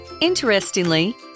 Interestingly